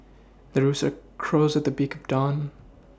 the rooster crows at the big down